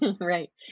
Right